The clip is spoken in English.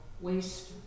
waste